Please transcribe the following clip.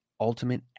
ultimate